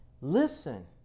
Listen